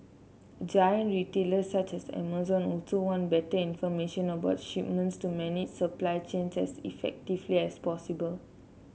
giant retailers such as Amazon also want better information about shipments to manage supply chains as effectively as possible